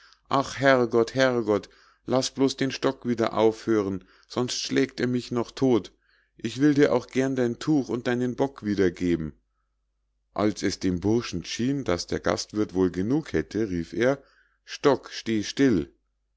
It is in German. ach herrgott herrgott laß bloß den stock wieder aufhören sonst schlägt er mich noch todt ich will dir auch gern dein tuch und deinen bock wiedergeben als es dem burschen schien daß der gastwirth wohl genug hätte rief er stock steh still